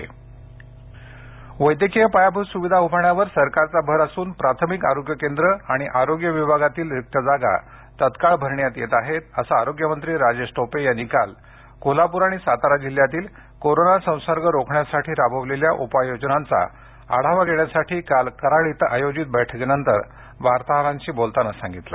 वैद्यकीय रिक्त जागा वैद्यकीय पायभूत सुविधा उभारण्यावर सरकारचा भर असून प्राथमिक आरोग्य केंद्रे आणि आरोग्य विभागातील रिक्त जागा तात्काळ भरण्यात येत आहेत असं असं आरोग्यमंत्री राजेश टोपे यांनी काल कोल्हापुर आणि सातारा जिल्ह्यातील कोरोना संसर्ग रोखण्यासाठी राबविलेल्या उपाय योजनांचा आढावा घेण्यासाठी कालकराड इथे आयोजित बैठकीनंतर वार्ताहरांशी बोलताना सांगितलं